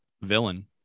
villain